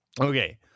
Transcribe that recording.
Okay